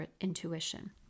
intuition